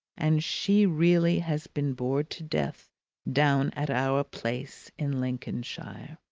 and she really has been bored to death down at our place in lincolnshire.